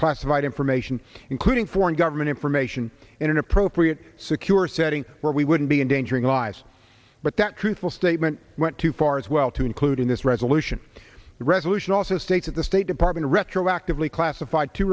classified information including foreign government information in an appropriate secure setting where we wouldn't be endangering lives but that truthful statement went too far as well to include in this resolution the resolution also states that the state department retroactively classified two